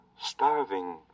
starving